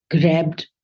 grabbed